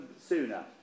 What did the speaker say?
sooner